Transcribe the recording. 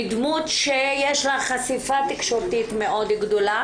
מדמות שיש לה חשיפה תקשורתית מאוד גדולה,